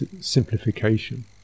simplification